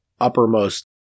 uppermost